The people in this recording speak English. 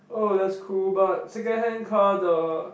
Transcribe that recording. oh that's cool but second hand car the